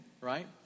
right